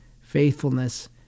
faithfulness